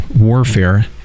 warfare